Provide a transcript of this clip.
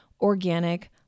organic